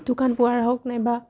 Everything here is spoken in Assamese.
দোকান পোহাৰ হওক নাইবা